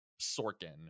Sorkin